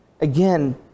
Again